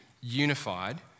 unified